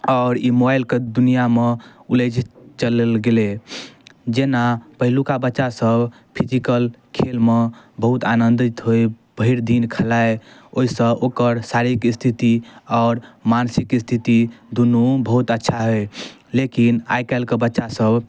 आओर ई मोबाइलके दुनिआमे उलझि चलल गेलै जेना पहिलुका बच्चासभ फिजिकल खेलमे बहुत आनन्दित होइ भरिदिन खेलाइ ओहिसँ ओकर शारीरिक स्थिति आओर मानसिक स्थिति दुनू बहुत अच्छा होइ लेकिन आइकाल्हिके बच्चासभ